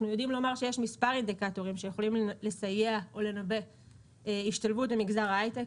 יש מספר אינדיקטורים שיכולים לנבא השתלבות במגזר ההייטק,